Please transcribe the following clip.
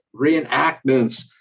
reenactments